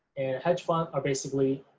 and hedge funds are basically